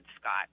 scott